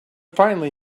finally